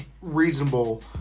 reasonable